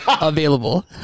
available